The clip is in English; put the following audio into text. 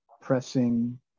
pressing